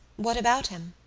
what about him?